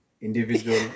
individual